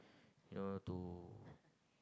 you know to